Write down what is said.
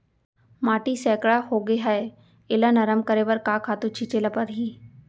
माटी सैकड़ा होगे है एला नरम करे बर का खातू छिंचे ल परहि?